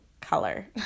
color